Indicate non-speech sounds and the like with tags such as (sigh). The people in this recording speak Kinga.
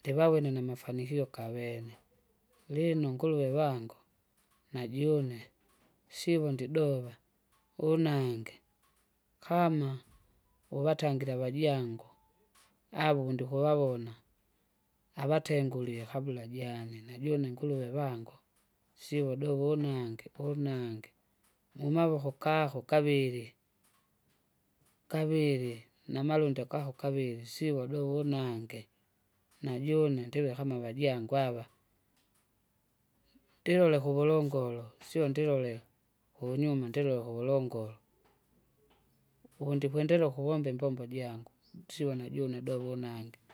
ndivawene namafanikio kawene, (noise) lino unguliwe wangu, najune, sivo ndidova, unange, kama, uvatangire avajangu (noise) avo ndikuvavona, avatengulie kabla jane nejune inguluwe vangu sio uvudovo unange unange, mumavoko kako kavil. Kavili namalundi akako kavili sivo udovo unange. najune ndive kama vajangu ava. Ndilole kuvulongolo sio ndolole, hunyuma ndilo ukuvulongolo. Uvundikwendelea ukuvomba imbombo jangu nditsiwe najune ndovo unange. (noise)